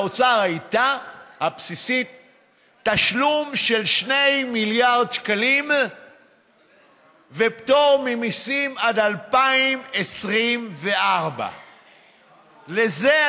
של האוצר הייתה תשלום של 2 מיליארד שקלים ופטור ממיסים עד 2024. לזה,